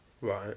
Right